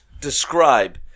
describe